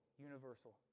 universal